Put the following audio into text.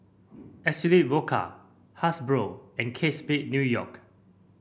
Absolut Vodka Hasbro and Kate Spade New York